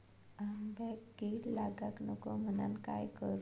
आंब्यक कीड लागाक नको म्हनान काय करू?